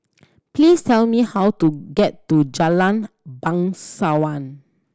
please tell me how to get to Jalan Bangsawan